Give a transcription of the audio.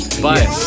bye